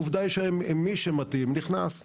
עובדה היא שמי שמתאים נכנס.